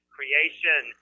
creation